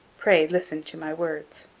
pray listen to my words.